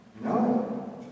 No